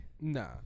Nah